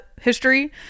history